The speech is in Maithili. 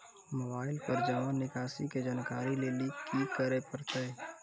मोबाइल पर जमा निकासी के जानकरी लेली की करे परतै?